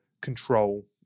control